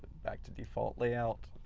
back to default layout.